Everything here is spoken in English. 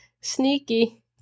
sneaky